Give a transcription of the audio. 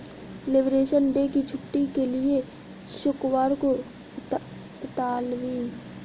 liberation day की छुट्टी के लिए शुक्रवार को इतालवी वित्तीय बाजार बंद हैं